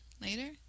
later